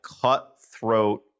cutthroat